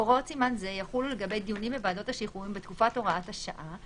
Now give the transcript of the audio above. הוראות סימן זה יחולו לגבי דיונים בוועדות השחרורים בתקופת הוראת השעה,